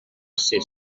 ser